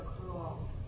cruel